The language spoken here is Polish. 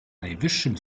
najwyższym